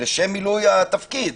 לשם מילוי התפקיד.